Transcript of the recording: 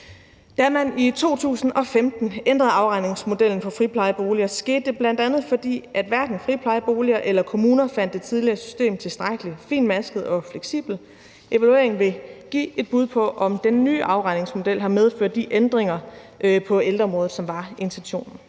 Da man i 2015 ændrede afregningsmodellen for friplejeboliger, skete det bl.a., fordi hverken friplejeboliger eller kommuner fandt det tidligere system tilstrækkelig finmasket og fleksibelt. Evalueringen vil give et bud på, om den nye afregningsmodel har medført de ændringer på ældreområdet, som var intentionen.